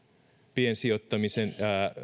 piensijoittamisen